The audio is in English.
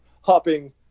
hopping